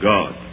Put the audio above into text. God